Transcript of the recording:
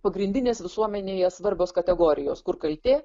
pagrindinės visuomenėje svarbios kategorijos kur kaltė